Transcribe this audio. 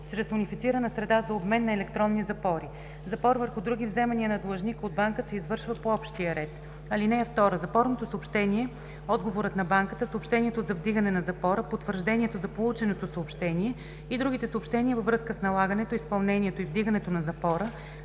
чрез унифицирана среда за обмен на електронни запори. Запор върху други вземания на длъжника от банка се извършва по общия ред. (2) Запорното съобщение, отговорът на банката, съобщението за вдигане на запора, потвърждението за полученото съобщение и другите съобщения във връзка с налагането, изпълнението и вдигането на запора